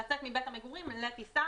ההחלטה התקבלה אתמול בלילה.